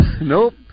Nope